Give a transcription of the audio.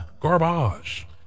Garbage